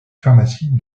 pharmacie